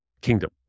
kingdom